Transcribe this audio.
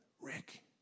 Rick